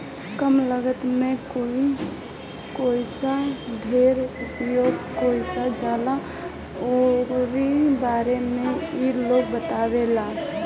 कम लागत में कईसे ढेर उत्पादन कईल जाला ओकरा बारे में इ लोग बतावेला